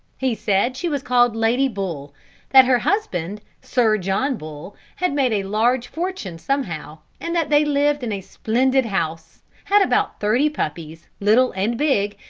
he said, she was called lady bull that her husband. sir john bull, had made a large fortune somehow, and that they lived in a splendid house, had about thirty puppies, little and big,